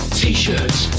t-shirts